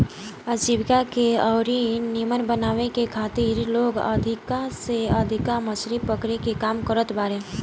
आजीविका के अउरी नीमन बनावे के खातिर लोग अधिका से अधिका मछरी पकड़े के काम करत बारे